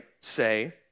say